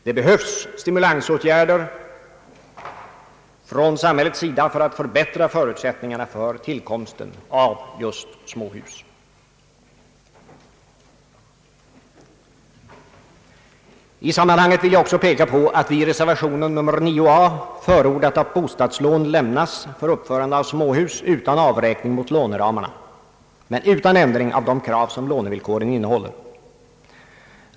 Det behövs stimulerande åtgärder från samhällets sida för att förbättra förutsättningarna för tillkomsten av just småhus. I sammanhanget vill jag också peka på att vi i reservation nr 9 a förordat att bostadslån lämnas för uppförande av bostadshus utan avräkning mot låneramarna men utan ändring av de krav som lånevillkoren innehåller.